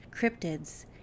cryptids